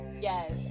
Yes